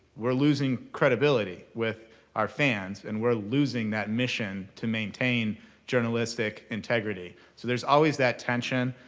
we're losing credibility with our fans. and we're losing that mission to maintain journalistic integrity. so there's always that tension.